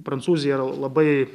prancūzija yra labai